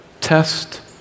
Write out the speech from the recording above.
test